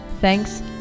Thanks